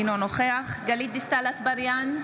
אינו נוכח גלית דיסטל אטבריאן,